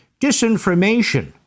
Disinformation